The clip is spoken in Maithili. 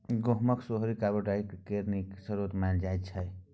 गहुँमक सोहारी कार्बोहाइड्रेट केर नीक स्रोत मानल जाइ छै